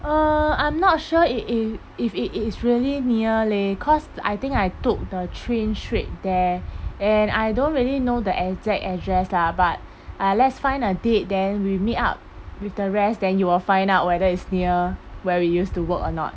uh I'm not sure i~ if if it is really near leh cause I think I took the train straight there and I don't really know the exact address lah but ah let's find a date then we meet up with the rest then you will find out whether it's near where we used to work or not